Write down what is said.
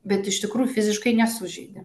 bet iš tikrųjų fiziškai nesužeidi